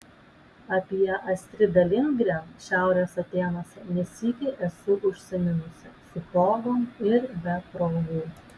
apie astridą lindgren šiaurės atėnuose ne sykį esu užsiminusi su progom ir be progų